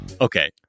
okay